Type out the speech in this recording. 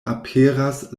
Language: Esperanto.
aperas